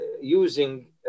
using